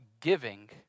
giving